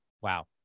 Wow